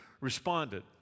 responded